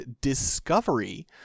discovery